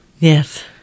Yes